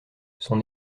son